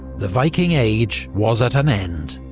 the viking age was at an end.